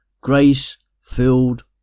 grace-filled